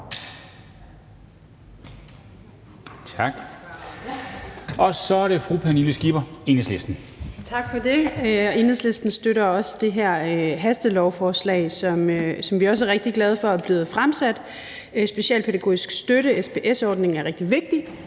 Kl. 10:10 (Ordfører) Pernille Skipper (EL): Tak for det. Enhedslisten støtter også det her hastelovforslag, som vi også er rigtig glade for er blevet fremsat. Specialpædagogisk støtte, SPS-ordningen, er rigtig vigtig